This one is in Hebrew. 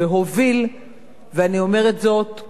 ואני אומרת זאת כאן לזכותו,